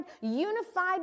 unified